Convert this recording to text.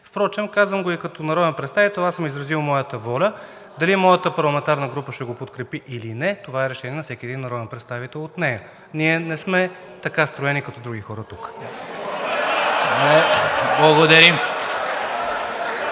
впрочем казвам го и като народен представител. Аз съм изразил своята воля. Дали моята парламентарна група ще го подкрепи или не, това е решение на всеки един народен представител от нея. Ние не сме така строени като другите хора тука.